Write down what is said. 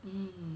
mm